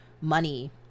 money